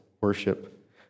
worship